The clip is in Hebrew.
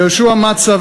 יהושע מצא,